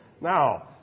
now